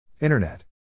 Internet